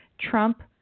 Trump